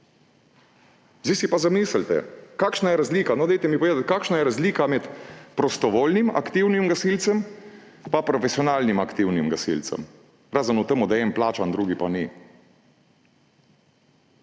Zdaj si pa zamislite, kakšna je razlika, dajte mi povedati, kakšna je razlika med prostovoljnim aktivnim gasilcem pa profesionalnim aktivnim gasilcem, razen v tem, da je en plačan, drugi pa ni.